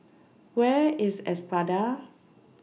Where IS Espada